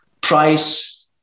price